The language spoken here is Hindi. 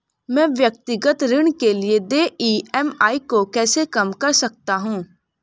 मैं व्यक्तिगत ऋण के लिए देय ई.एम.आई को कैसे कम कर सकता हूँ?